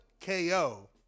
KO